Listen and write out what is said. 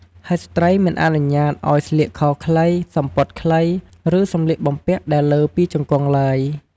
ហើយស្រ្តីមិនអនុញ្ញាតឲ្យស្លៀកខោខ្លី សំពត់ខ្លី ឬសម្លៀកបំពាក់ដែលលើពីជង្គង់ឡើយ។